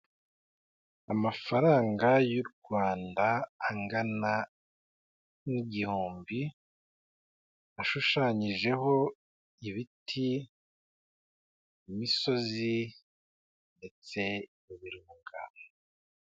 Amafaranga y'u Rwanda angana n'igihumbi ashushanyijeho ibiti, imisozi ndetse n'ibirunga.